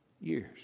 years